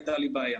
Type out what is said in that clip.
הייתה לי בעיה.